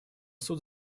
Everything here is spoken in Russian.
суд